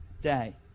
Day